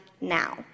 now